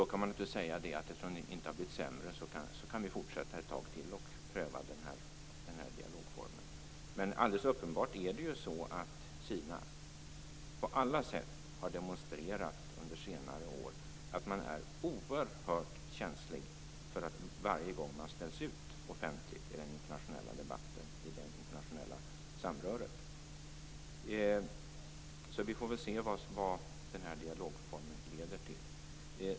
Då kan man naturligtvis säga att eftersom det inte har blivit sämre kan man fortsätta ett tag till och prova dialogformen. Men det är uppenbart att Kina på alla sätt under senare år har demonstrerat att man är oerhört känslig för att ställas ut offentligt i den internationella debatten, i det internationella samröret. Vi får väl se vad den här dialogformen leder till.